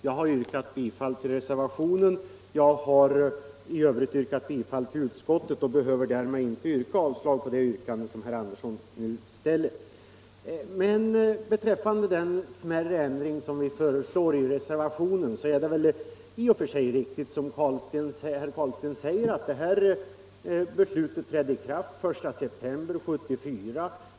Jag har yrkat bifall till reservationen och i övrigt till utskottets hemställan och behöver därför inte yrka avslag på det yrkande herr Andersson har ställt under debatten. Vad beträffar den smärre ändring som vi föreslår i reservationen är det i och för sig riktigt som herr Carlstein säger, att det beslut som vi vill ha undanröjt trädde i kraft den 1 september 1974.